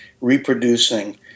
reproducing